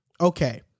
okay